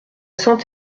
saint